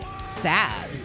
sad